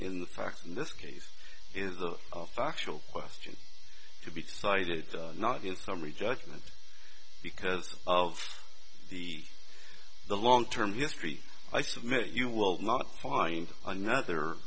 in the facts in this case is the factual question to be decided not in summary judgment because of the the long term history i submit you will not find another